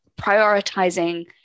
prioritizing